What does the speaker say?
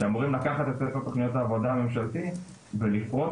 שאמורים לקחת את ספר תוכניות העבודה הממשלתי ולפרוט